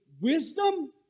wisdom